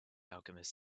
alchemist